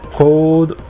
code